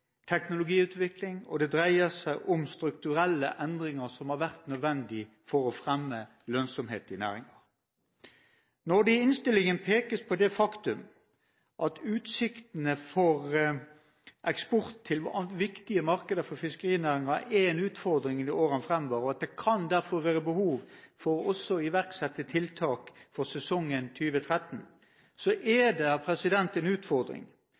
teknologiutvikling og strukturelle endringer som har vært nødvendige for å fremme lønnsomhet i næringen. Når det i innstillingen pekes på det faktum at utsiktene for eksport til viktige markeder for fiskerinæringen er en utfordring i årene framover, og det derfor kan være behov for å iverksette tiltak også for sesongen 2013, er det en utfordring